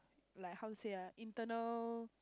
like how to say ah internal